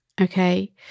Okay